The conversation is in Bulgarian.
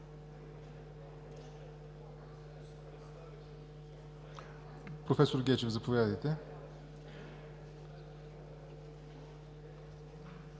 Професор Гечев, заповядайте